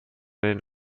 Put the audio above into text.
den